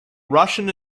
russian